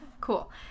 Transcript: cool